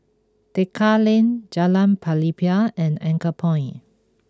Tekka Lane Jalan Pelepah and Anchorpoint